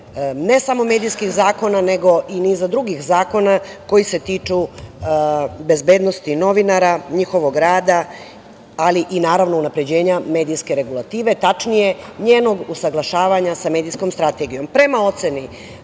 ne samo medijskih zakona nego i niz drugih zakona, koji se tiču bezbednosti novinara, njihovog rada, ali i unapređenja medijske regulative, tačnije njenog usaglašavanja sa medijskom strategijom. Prema oceni